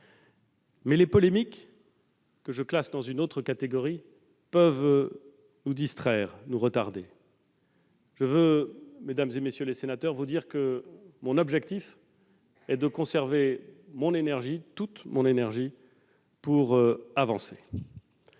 Mais les polémiques, que je classe dans une autre catégorie, peuvent nous distraire, nous retarder. Mesdames, messieurs les sénateurs, mon objectif est de conserver toute mon énergie pour avancer.